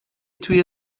توی